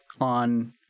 on